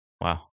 Wow